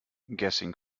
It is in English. guessing